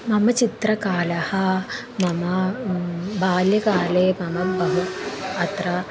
मम चित्रकालः मम बाल्यकाले मम बहु अत्र